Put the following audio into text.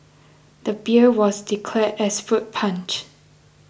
the beer was declared as fruit punch